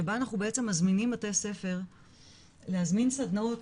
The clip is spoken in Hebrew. שבה אנחנו בעצם מזמינים בתי ספר להזמין סדנאות